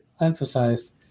emphasize